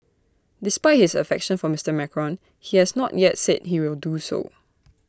despite his affection for Mister Macron he has not yet said he will do so